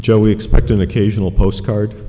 we expect an occasional postcard